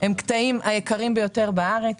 הם הקטעים היקרים ביותר בארץ.